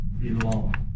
belong